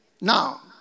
Now